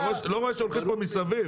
אתה לא רואה שהולכים פה מסביב?